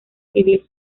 civil